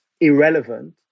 irrelevant